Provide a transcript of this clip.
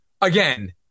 again